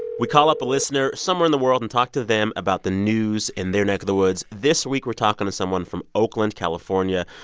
we call up a listener somewhere in the world and talk to them about the news in their neck of the woods. this week, we're talking to someone from oakland, calif. ah yeah